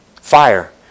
Fire